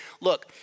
look